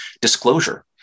disclosure